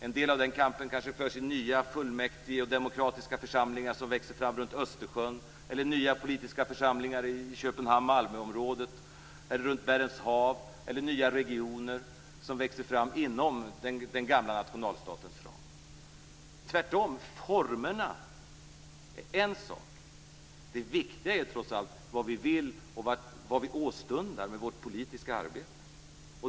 En del av kampen kanske förs i nya fullmäktige och demokratiska församlingar som växer fram runt Östersjön eller i nya politiska församlingar i Köpenhamn/Malmöområdet eller runt Barents hav eller i nya regioner som växer fram inom den gamla nationalstatens ram. Formerna är en sak. Det viktiga är trots allt vad vi vill och vad vi åstundar med vårt politiska arbete.